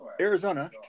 Arizona